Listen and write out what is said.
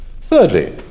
Thirdly